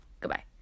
Goodbye